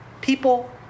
people